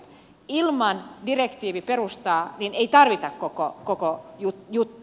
ilman direktiiviperustaa ei tarvita koko juttua